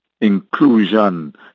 inclusion